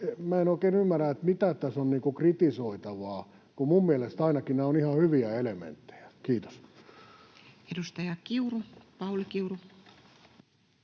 en oikein ymmärrä, mitä tässä on kritisoitavaa, kun minun mielestäni ainakin on ihan hyviä elementtejä. — Kiitos. [Speech 233]